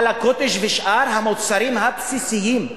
אבל ה"קוטג'" ושאר המוצרים הבסיסיים,